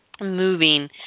moving